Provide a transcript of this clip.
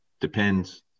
Depends